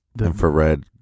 infrared